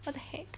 what the heck